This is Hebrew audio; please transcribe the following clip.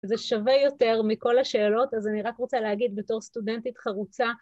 זה שווה יותר מכל השאלות, אז אני רק רוצה להגיד בתור סטודנטית חרוצה